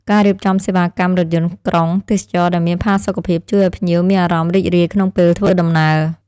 ការរៀបចំសេវាកម្មរថយន្តក្រុងទេសចរណ៍ដែលមានផាសុកភាព ជួយឱ្យភ្ញៀវមានអារម្មណ៍រីករាយក្នុងពេលធ្វើដំណើរ។